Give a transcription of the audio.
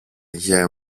γιε